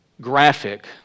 graphic